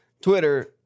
Twitter